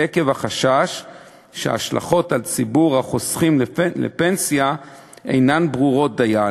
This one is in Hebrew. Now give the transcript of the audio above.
עקב החשש שההשלכות על ציבור החוסכים לפנסיה אינן ברורות דיין.